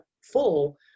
full